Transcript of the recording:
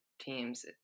teams